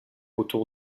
autour